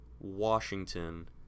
Washington